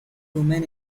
women